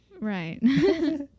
right